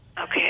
Okay